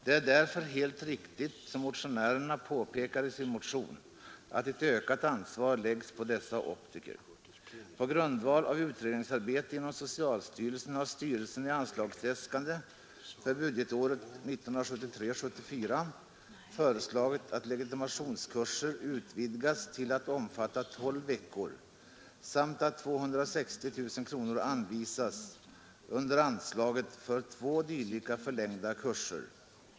Det är därför helt riktigt som motionärerna påpekar i sin motion att ett ökat ansvar läggs på dessa optiker. På grundval av utredningsarbete inom socialstyrelsen har styrelsen i anslagsäskande för budgetåret 1973/74 föreslagit att legitimationskurser utvidgas till att omfatta 12 veckor samt att 260 000 kronor anvisas under anslaget för två dylika förlängda kurser.